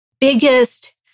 biggest